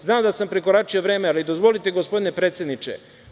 Znam da sam prekoračio vreme, ali dozvolite, gospodine predsedniče.